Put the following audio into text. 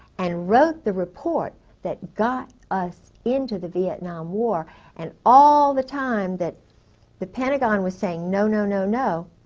and wrote the report that got us into the vietnam war and all the time that the pentagon was saying no, no, no, no',